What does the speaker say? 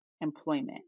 employment